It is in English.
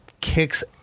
kicks